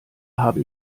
habe